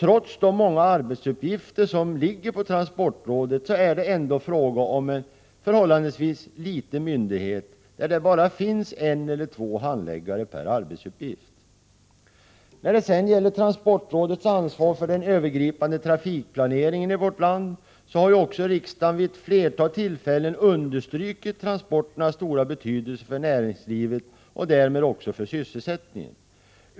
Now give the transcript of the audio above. Trots de många arbetsuppgifter som ligger på transportrådet är det ändå fråga om en förhållandevis liten myndighet, där det bara finns en eller två handläggare per arbetsuppgift. När det sedan gäller transportrådets ansvar för den övergripande trafikplaneringen i vårt land, så har ju också riksdagen vid ett flertal tillfällen understrukit transporternas stora betydelse för näringslivet och därmed också för sysselsättningen.